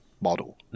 model